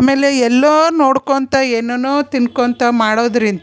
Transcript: ಆಮೇಲೆ ಎಲ್ಲೋ ನೋಡ್ಕೊತ ಏನೇನೋ ತಿನ್ಕೊತ ಮಾಡೋದ್ರಿಂತ